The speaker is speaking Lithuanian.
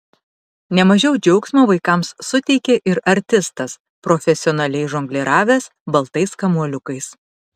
ne mažiau džiaugsmo vaikams suteikė ir artistas profesionaliai žongliravęs baltais kamuoliukais